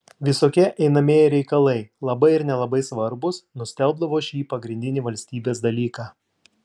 visokie einamieji reikalai labai ir nelabai svarbūs nustelbdavo šį pagrindinį valstybės dalyką